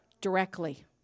directly